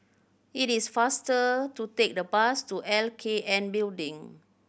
it is faster to take the bus to L K N Building